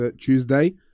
Tuesday